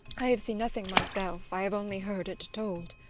i have seen nothing myself. i have only heard it told.